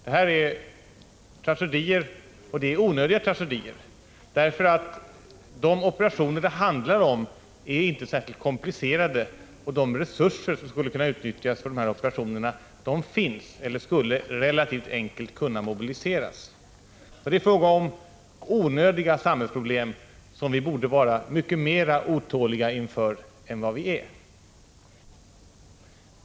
Detta är tragedier, och det är onödiga tragedier. De operationer det handlar om är nämligen inte särskilt komplicerade, och de resurser som skulle kunna utnyttjas för dessa operationer finns eller skulle relativt enkelt kunna mobiliseras. Det är fråga om onödiga samhällsproblem, som vi borde vara mycket mer otåliga inför än vad vi är.